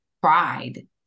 pride